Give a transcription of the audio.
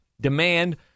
demand